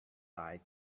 died